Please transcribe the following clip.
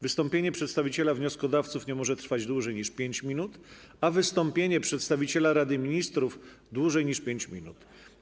Wystąpienie przedstawiciela wnioskodawców nie może trwać dłużej niż 5 minut, a wystąpienie przedstawiciela Rady Ministrów - dłużej niż 5 minut.